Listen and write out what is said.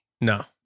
No